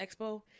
expo